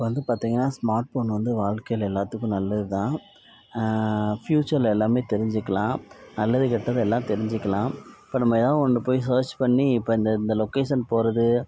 இப்போ வந்து பார்த்திங்கனா ஸ்மார்ட் ஃபோன் வந்து வாழ்க்கையில் எல்லாத்துக்கும் நல்லதுதான் ப்யூச்சர்ல எல்லாமே தெரிஞ்சிக்கலாம் நல்லது கெட்டது எல்லாம் தெரிஞ்சிக்கலாம் இப்போ நம்ம எதாக ஒன்று போய் சர்ச் பண்ணி இப்போ இந்த லொக்கேஷன் போகிறது